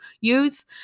use